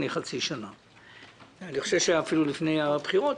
כרגע, על כל הדברים האלה לוקחים יותר כסף.